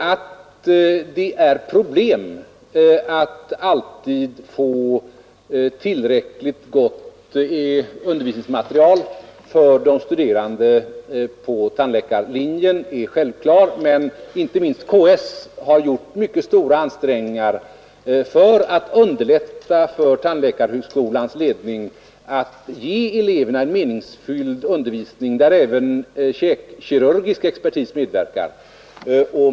Att det är svårt att alltid få tillräckligt gott undervisningsmaterial för de studerande på tandläkarlinjen är riktigt, men inte minst KS har gjort mycket stora ansträngningar för att underlätta för tandläkarhögskolans ledning att ge eleverna en meningsfylld undervisning, där även käkkirurgisk expertis medverkar.